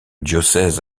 diocèse